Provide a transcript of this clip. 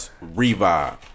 revive